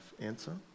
Answer